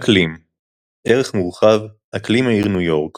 אקלים ערך מורחב – אקלים העיר ניו יורק